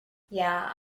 yeah